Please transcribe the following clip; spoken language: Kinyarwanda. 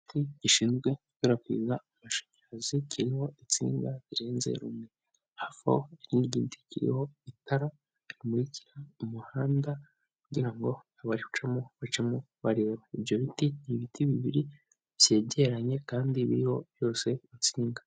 Igiti gishinzwe gukwirakwiza amashanyarazi, kirimo insinga zirenze rumwe hafi aho hari n'igiti kiriho itara rimukira umuhanda, kugirango abaricamo bacemo bareba, ibyo biti ni ibiti bibiri byegeranye kandi biriho byose ku nsinga.